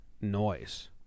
Noise